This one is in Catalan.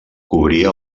cobria